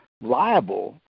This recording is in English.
liable